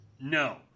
No